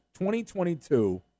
2022